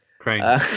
crane